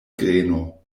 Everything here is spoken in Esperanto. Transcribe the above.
greno